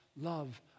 love